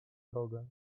drogę